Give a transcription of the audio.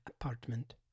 apartment